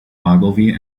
ogilvy